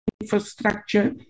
infrastructure